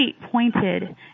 pointed